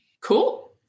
Cool